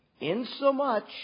insomuch